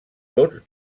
tots